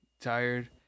Tired